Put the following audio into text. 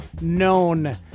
known